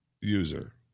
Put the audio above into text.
user